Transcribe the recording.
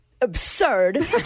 absurd